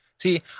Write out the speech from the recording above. See